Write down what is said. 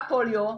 הפוליו,